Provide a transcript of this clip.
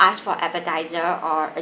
ask for appetiser or a